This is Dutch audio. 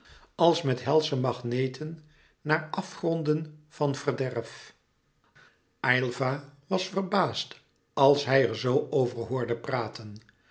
als met helsche magneten naar afgronden van verderf aylva was verbaasd als hij er zoo over hoorde praten